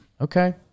Okay